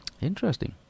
Interesting